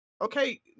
Okay